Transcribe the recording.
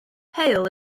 hail